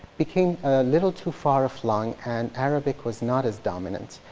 became little too far flung and arabic was not as dominant.